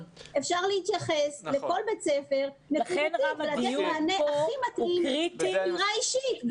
אפשר להתייחס לכל בית ספר נקודתית ולתת מענה הכי מתאים בצורה אישית,